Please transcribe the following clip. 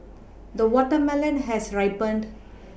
the watermelon has ripened